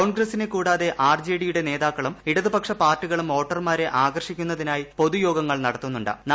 കോൺഗ്രസിനെ കൂടാതെ ആർ ജെഡിയുടെ നേതാക്കളും ഇടതുപക്ഷ പാർട്ടികളും വോട്ടർമാരെ ആകർഷിക്കുന്നതിനായി പൊതുയോഗങ്ങൾ നടത്തു്